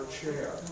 chair